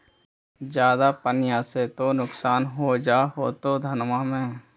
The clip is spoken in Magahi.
ज्यादा पनिया से तो नुक्सान हो जा होतो धनमा में?